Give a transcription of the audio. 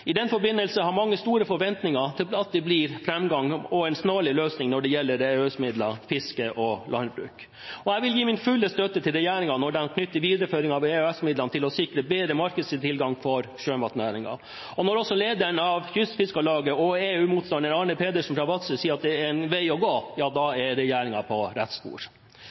I den forbindelse har mange store forventninger til at det blir framgang og en snarlig løsning når det gjelder EØS-midler, fisk og landbruk. Jeg vil gi min fulle støtte til regjeringen når de knytter videreføring av EØS-midlene til å sikre bedre markedstilgang for sjømatnæringen. Når også lederen av Kystfiskarlaget og EU-motstander Arne Pedersen fra Vadsø sier at det er en vei å gå, da er regjeringen på rett spor.